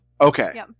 Okay